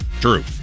true